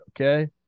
okay